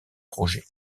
projets